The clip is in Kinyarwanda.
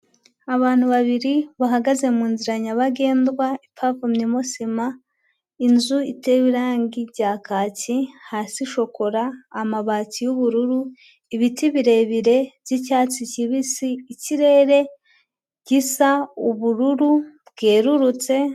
Abantu babiri bahagaze mu nzira nyabagendwa ipavomyemo sima, inzu iteyewe irangi rya kaki, hasi shokora, amabati y'ubururu, ibiti birebire by'icyatsi kibisi, ikirere gisa ubururu bwererutse.